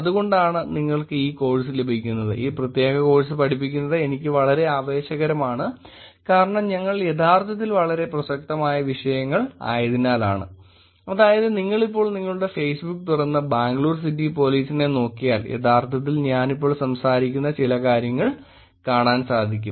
അതുകൊണ്ടാണ് നിങ്ങൾക്ക് ഈ കോഴ്സ് ലഭിക്കുന്നത് ഈ പ്രത്യേക കോഴ്സ് പഠിപ്പിക്കുന്നത് എനിക്ക് വളരെ ആവേശകരമാണ് കാരണം ഞങ്ങൾ യഥാർത്ഥത്തിൽ വളരെ പ്രസക്തമായ വിഷയങ്ങൾ ആയതിനാലാണ് അതായത് നിങ്ങളിപ്പോൾ നിങ്ങളുടെ ഫേസ്ബുക്ക് തുറന്ന് ബാംഗ്ലൂർ സിറ്റി പോലീസിനെ നോക്കിയാൽ യഥാർത്ഥത്തിൽ ഞാനിപ്പോൾ സംസാരിക്കുന്ന ചില കാര്യങ്ങൾ കാണാൻ സാധിക്കും